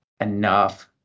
enough